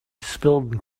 spilled